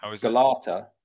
Galata